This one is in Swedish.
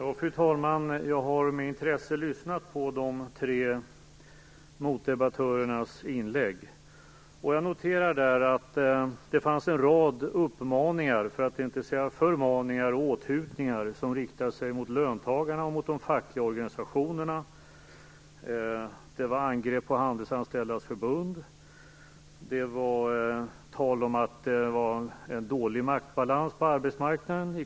Fru talman! Jag har med intresse lyssnat på de tre motdebattörernas inlägg. Jag noterar att det fanns en rad uppmaningar - för att inte säga förmaningar och åthutningar - som riktade sig mot löntagarna och de fackliga organisationerna. Det förekom angrepp på Handelsanställdas förbund. Det var tal om att maktbalansen på arbetsmarknaden var dålig.